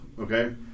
okay